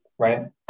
right